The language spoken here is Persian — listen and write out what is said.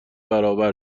برابر